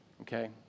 okay